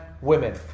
women